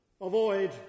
Avoid